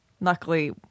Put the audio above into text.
luckily